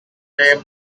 name